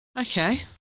Okay